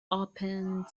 opened